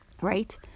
right